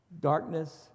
Darkness